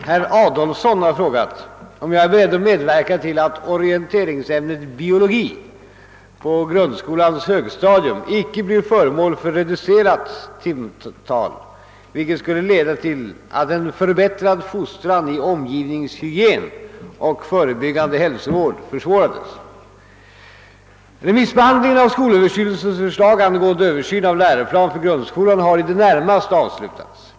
Herr talman! Herr Adolfsson har frågat, om jag är beredd medverka till att orienteringsämnet biologi på grundskolans högstadium icke blir föremål för reducerat timantal, vilket skulle leda till att en förbättrad fostran i omgivningshygien och förebyggande hälsovård försvårades. Remissbehandlingen av skolöverstyrelsens förslag angående översyn av läroplan för grundskolan har i det närmaste avslutats.